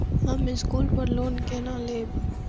हम स्कूल पर लोन केना लैब?